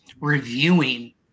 reviewing